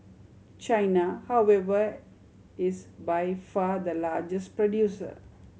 China however is by far the largest producer